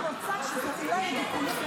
(חברת הכנסת נעמה לזימי יוצאת מאולם המליאה.)